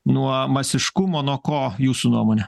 nuo masiškumo nuo ko jūsų nuomone